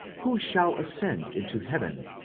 who shall ascend into heaven?